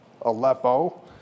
Aleppo